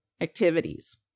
activities